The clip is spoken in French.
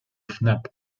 fnap